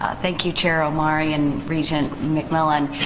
ah thank you, chair omari and regent mcmillan.